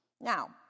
Now